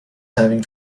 having